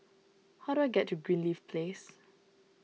how do I get to Greenleaf Place